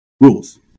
rules